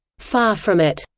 far from it.